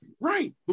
right